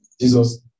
Jesus